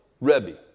Rebbe